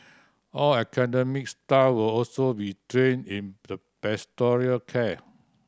all academic staff will also be trained in pastoral care